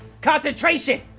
concentration